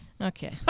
Okay